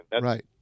right